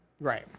Right